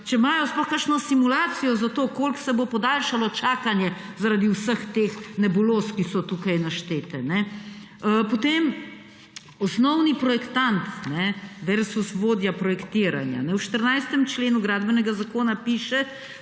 če imajo sploh kakšno simulacijo za to, koliko se bo podaljšalo čakanje zaradi vseh teh nebuloz, ki so tukaj naštete. Potem osnovni projektant, versus vodja projektiranja. V 14. členu Gradbenega zakona piše,